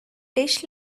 dish